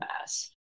mass